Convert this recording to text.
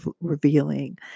revealing